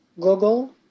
Google